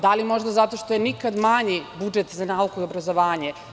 Da li možda zato što je nikad manji budžet za nauku i obrazovanje?